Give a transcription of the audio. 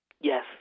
Yes